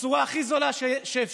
בצורה הכי זולה שאפשר,